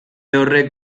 horrek